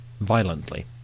violently